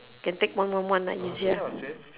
can take one one one lah easier